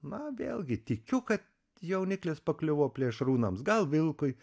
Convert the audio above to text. na vėlgi tikiu kad jauniklis pakliuvo plėšrūnams gal vilkui